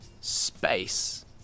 space